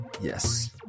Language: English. Yes